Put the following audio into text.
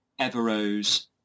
Everose